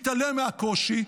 מתעלם מהקושי,